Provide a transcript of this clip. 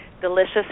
delicious